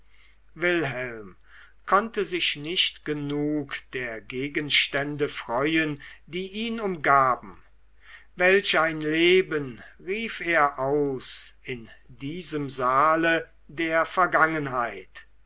wilhelm konnte sich nicht genug der gegenstände freuen die ihn umgaben welch ein leben rief er aus in diesem saale der vergangenheit